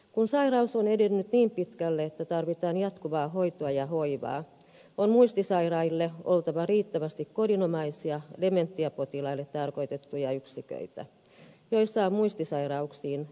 kun sairaus on edennyt niin pitkälle että tarvitaan jatkuvaa hoitoa ja hoivaa on muistisairaille oltava riittävästi kodinomaisia dementiapotilaille tarkoitettuja yksiköitä joissa on muistisairauksiin erikoistunut henkilökunta